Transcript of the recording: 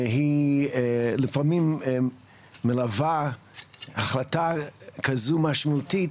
שהיא לפעמים מלווה החלטה כזו משמעותית,